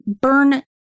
burn